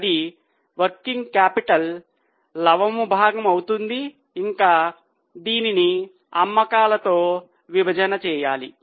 అది working capital లవము భాగము అవుతుంది ఇంకా దీనిని అమ్మకాలతో భాగాహారం చేయాలి